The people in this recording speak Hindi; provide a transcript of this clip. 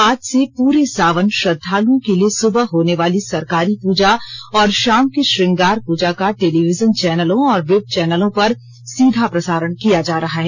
आज से पूरे सावन श्रद्धालुओं के लिए सुबह होने वाली सरकारी पूजा और शाम की श्रृंगार पूजा का टेलीविजन चैनलों और वेब चैनलों पर सीधा प्रसारण किया जा रहा है